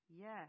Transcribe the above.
Yes